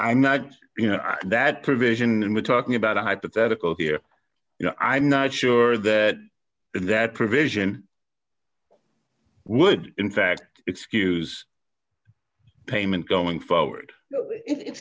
i'm not you know that provision in we're talking about a hypothetical here you know i'm not sure that that provision would in fact excuse payment going forward i